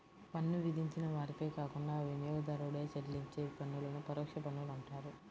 పన్ను విధించిన వారిపై కాకుండా వినియోగదారుడే చెల్లించే పన్నులను పరోక్ష పన్నులు అంటారు